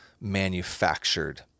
manufactured